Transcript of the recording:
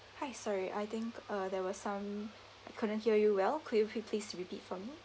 hi sorry I think uh there were some I couldn't hear you well could you please repeat for me